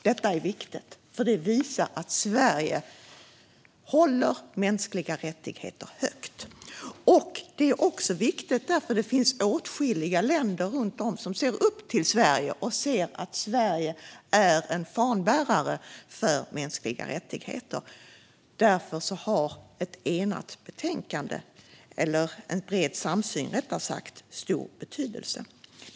Detta är viktigt, för det visar att Sverige håller mänskliga rättigheter högt. Det är också viktigt därför att det finns åtskilliga länder runt om i världen som ser upp till Sverige och ser Sverige som en fanbärare för mänskliga rättigheter. Därför har en bred samsyn stor betydelse.